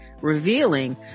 revealing